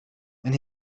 and